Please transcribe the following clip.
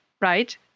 right